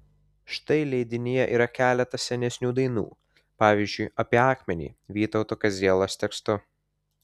štai leidinyje yra keletas senesnių dainų pavyzdžiui apie akmenį vytauto kazielos tekstu